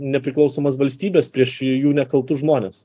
nepriklausomas valstybės prieš jų nekaltus žmones